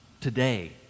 today